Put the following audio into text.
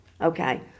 okay